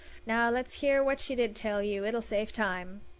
now let's hear what she did tell you. it'll save time.